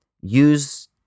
use